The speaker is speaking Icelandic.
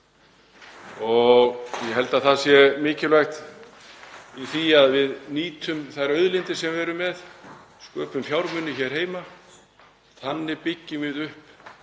Ég held að það sé mikilvægt að við nýtum þær auðlindir sem við eigum og sköpum fjármuni hér heima. Þannig byggjum við upp